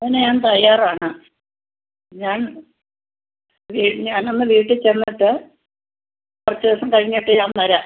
അതിന് ഞാൻ തയ്യാറാണ് ഞാൻ വീട് ഞാൻ ഒന്ന് വീട്ടിൽ ചെന്നിട്ട് കുറച്ച് ദിവസം കഴിഞ്ഞിട്ട് ഞാൻ വരാം